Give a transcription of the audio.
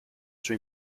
suo